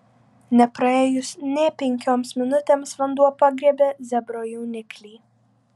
nepraėjus nė penkioms minutėms vanduo pagriebė zebro jauniklį